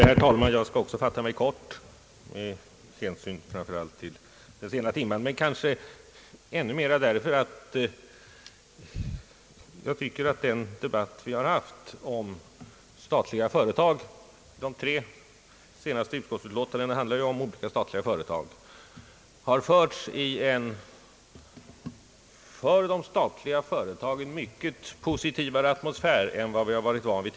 Herr talman! Jag skall också fatta mig kort med hänsyn till den sena timmen, men kanske ännu mera därför att den debatt som vi har haft om statliga företag — de tre senaste utskottsutlåtandena handlar ju om statliga företag — har förts i en för de statliga företagen mycket mer positiv atmosfär än vi tidigare har varit vana vid.